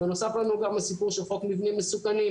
ונוסף לנו גם הסיפור של חוק מבנים מסוכנים.